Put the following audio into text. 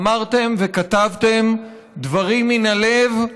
אמרתם וכתבתם דברים מן הלב,